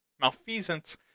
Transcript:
malfeasance